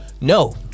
No